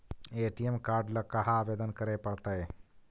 ATM card ल कहा आवेदन करे पड़तै?